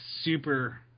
super